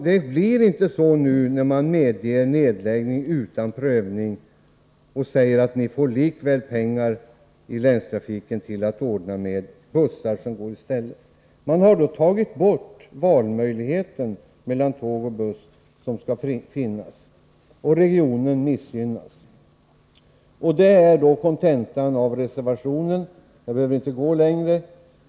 Det blir inte så i detta fall när man medger nedläggning utan prövning och säger att länstrafiken likväl får pengar till att ordna bussar i stället för järnvägstrafik. Man har då tagit bort valmöjligheten mellan tåg och buss som skall finnas. Och regionen missgynnas. Detta är kontentan av reservationen. Jag behöver inte gå längre.